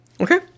Okay